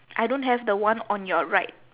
I don't have the one on your right